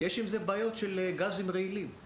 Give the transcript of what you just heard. יש עם זה בעיות של גזים רעילים.